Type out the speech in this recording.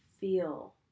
feel